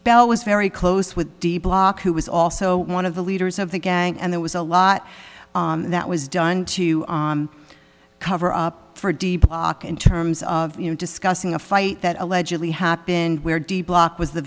bell was very close with de block who was also one of the leaders of the gang and there was a lot that was done to cover up for de block in terms of you know discussing a fight that allegedly happened where de block was the